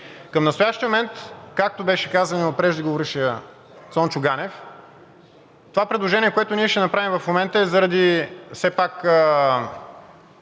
Към настоящия момент, както беше казано от преждеговорившия Цончо Ганев, това предложение, което ние ще направим в момента, е заради все пак